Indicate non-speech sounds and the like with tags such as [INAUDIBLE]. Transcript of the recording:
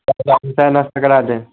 [UNINTELLIGIBLE] चाय नाश्ता करा दें